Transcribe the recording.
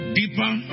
deeper